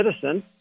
citizen